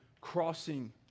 crossing